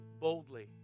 boldly